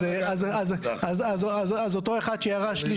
אז אותו אחד שירש.